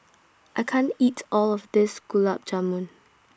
I can't eat All of This Gulab Jamun